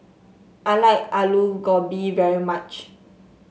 I like Aloo Gobi very much